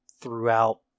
throughout